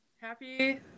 Happy